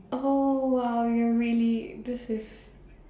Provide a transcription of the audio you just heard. oh !wow! you're really this is